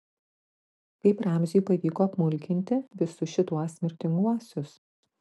kaip ramziui pavyko apmulkinti visus šituos mirtinguosius